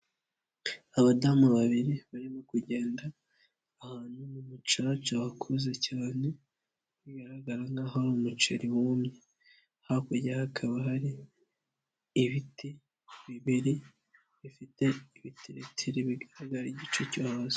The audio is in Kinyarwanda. Abadamu babiri barimo kugenda ahantu mu mucaca wakuze cyane bigaragara nk'aho ari umuceri wumye, hakurya hakaba hari ibiti bibiri bifite ibitiritiri bigaragara igice cyo hasi.